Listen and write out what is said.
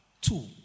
two